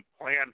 plan